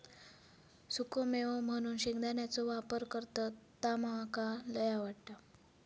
सुखो मेवो म्हणून शेंगदाण्याचो वापर करतत ता मका लय आवडता